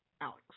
Alex